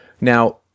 Now